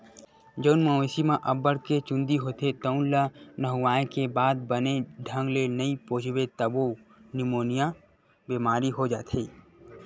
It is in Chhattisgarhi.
जउन मवेशी म अब्बड़ के चूंदी होथे तउन ल नहुवाए के बाद बने ढंग ले नइ पोछबे तभो निमोनिया बेमारी हो जाथे